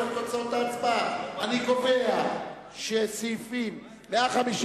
קבוצת סיעת רע"ם-תע"ל וקבוצת סיעת